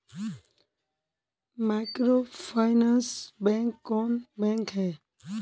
Microfinance bank कौन bank है?